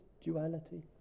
duality